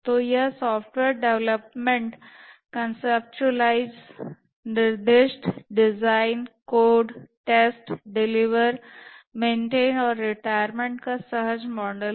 तो यह software development conceptualise निर्दिष्ट design code test deliver maintain और रिटायरमेंट का सहज मॉडल है